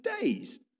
days